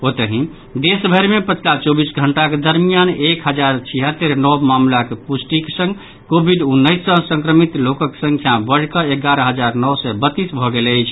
ओतहि देश भरि मे पछिला चौबीस घंटाक दरमियान एक हजार छिहत्तर नव मामिलाक पुष्टिक संग कोविड उन्नैस सॅ संक्रमित लोकक संख्या बढ़िकऽ एगारह हजार नओ सय बत्तीस भऽ गेल अछि